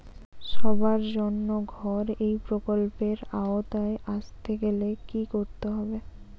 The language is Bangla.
সবার জন্য ঘর এই প্রকল্পের আওতায় আসতে গেলে কি করতে হবে?